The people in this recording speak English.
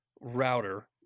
router